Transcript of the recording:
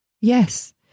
Yes